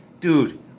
dude